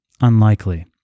Unlikely